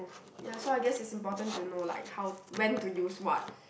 ya so I guess it's important to know like how when to use what